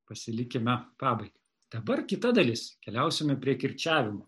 pasilikime pabaigai dabar kita dalis keliausime prie kirčiavimo